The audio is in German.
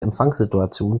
empfangssituation